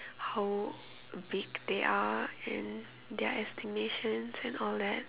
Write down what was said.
how big they are and their estimations and all that